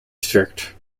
strict